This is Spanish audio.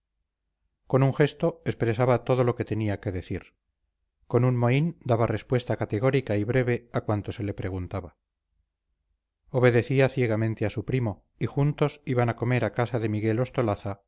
con un gesto expresaba todo lo que tenía que decir con un mohín daba respuesta categórica y breve a cuanto se le preguntaba obedecía ciegamente a su primo y juntos iban a comer a casa de miguel